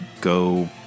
Go